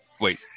Wait